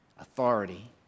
Authority